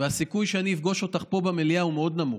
והסיכוי שאפגוש אותך פה במליאה מאוד נמוך,